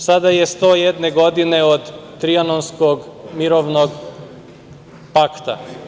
Sada je 101 godina od Trijanonskog mirovnog pakta.